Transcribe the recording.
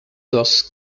dos